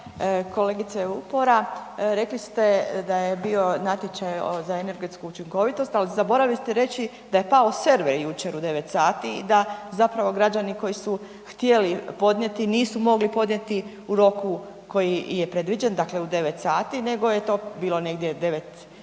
Kolegice Vupora, rekli ste da je bio natječaj za energetsku učinkovitost ali zaboravili ste da je pao server jučer u 9 sati i da zapravo građani koji su htjeli podnijeti nisu mogli podnijeti u roku koji je predviđen, dakle u 9 sati, nego je to bilo negdje 9 i